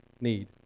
need